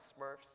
smurfs